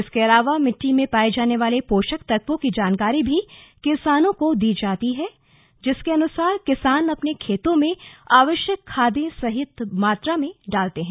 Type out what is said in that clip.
इसके अलावा मिट्टी में पाए जाने वाले पोषक तत्वों की जानकारी भी किसानों को दी जाती है जिसके अनुसार किसान अपने खेतों में आवश्यक खादें सही मात्रा में डालते हैं